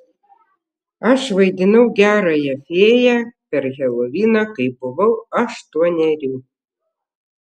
aš vaidinau gerąją fėją per heloviną kai buvau aštuonerių